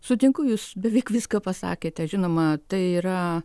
sutinku jūs beveik viską pasakėte žinoma tai yra